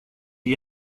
you